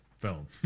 film